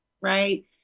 right